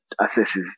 assesses